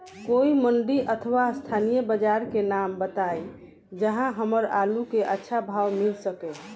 कोई मंडी अथवा स्थानीय बाजार के नाम बताई जहां हमर आलू के अच्छा भाव मिल सके?